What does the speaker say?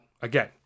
again